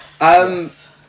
Yes